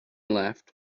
left